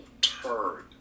turn